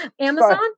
Amazon